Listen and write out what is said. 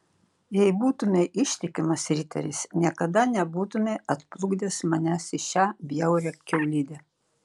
jei būtumei ištikimas riteris niekada nebūtumei atplukdęs manęs į šią bjaurią kiaulidę